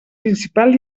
principal